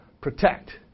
protect